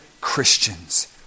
Christians